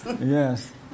Yes